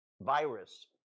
virus